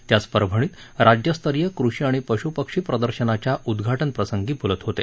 ते आज परभणीत राज्यस्तरीय कृषी आणि पशु पक्षी प्रदर्शनाच्या उद्घाटनाप्रसंगी ते बोलत होते